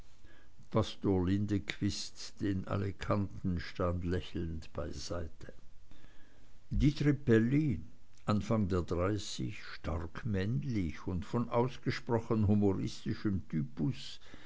den alle kannten stand lächelnd beiseite die trippelli anfang der dreißig stark männlich und von ausgesprochen humoristischem typus